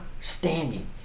standing